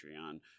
Patreon